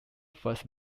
first